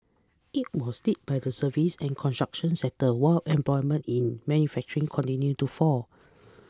it was led by the services and construction sectors while employment in manufacturing continued to fall